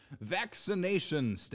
vaccination